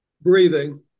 Breathing